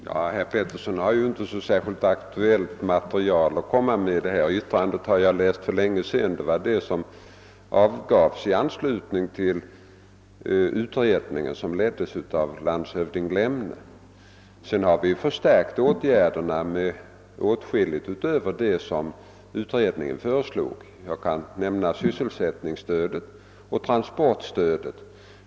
Herr talman! Herr Petersson i Gäddvik har inte så särskilt aktuellt material att komma med. Det yttrande han läste upp har jag för länge sedan tagit del av. Det avgavs nämligen i anslutning till den utredning som leddes av landshövding Lemne. Sedan dess har vi förstärkt våra åtgärder med åtskilligt utöver det som utredningen föreslog. Jag kan nämna sysselsättningsstödet och transportstödet.